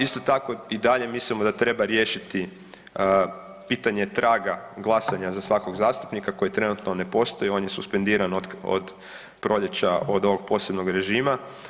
Isto tako i dalje mislimo da treba riješiti pitanje traga glasanja za svakog zastupnika koji trenutno ne postoji, on je suspendiran od, od proljeća od ovog posebnog režima.